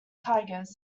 tigers